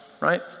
Right